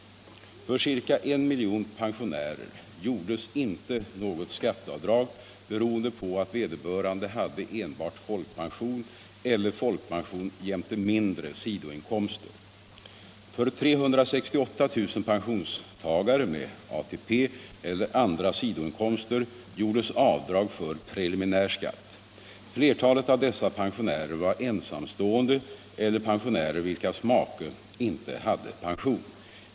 För ca 1 000 000 pensionärer gjordes inte något skatteavdrag beroende på att vederbörande hade enbart folkpension eller folkpension jämte mindre sidoinkomster. För 368 000 pensionstagare med ATP eller andra sidoinkomster gjordes avdrag för preliminär skatt. Flertalet av dessa pensionärer var ensamstående eller pensionärer vilkas make inte har pension.